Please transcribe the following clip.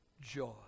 joy